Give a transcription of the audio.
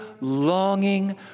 longing